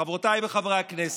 חברותיי וחבריי חברי הכנסת,